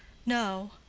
no.